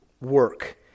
work